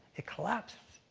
it collapsed.